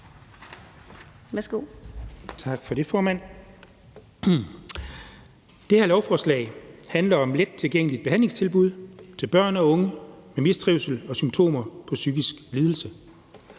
Tak for det, formand. Det her lovforslag handler om lettilgængelige behandlingstilbud til børn og unge med mistrivsel og symptomer på psykisk lidelse.